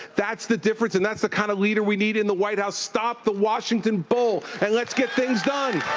that's the difference, and that's the kind of leader we need in the white house. stop the washington bull and let's get things done.